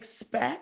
expect